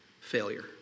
failure